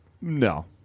no